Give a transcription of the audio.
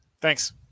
thanks